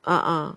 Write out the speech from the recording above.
ah ah